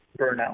burnout